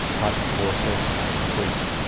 hypochlorous acid, it's bleach.